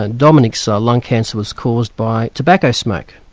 and dominic's so lung cancer was caused by tobacco smoke,